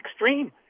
extreme